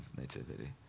Nativity